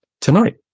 Tonight